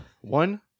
One